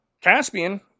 Caspian